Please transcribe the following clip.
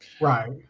Right